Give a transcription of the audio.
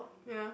ya